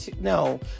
no